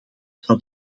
zou